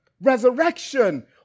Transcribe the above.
resurrection